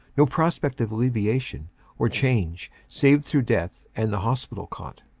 no prospect of alleviation or change save through death and the hospital cot.